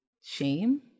shame